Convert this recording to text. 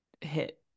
hit